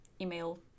email